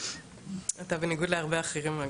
אתה בניגוד להרבה אחרים.